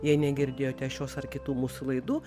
jei negirdėjote šios ar kitų mūsų laidų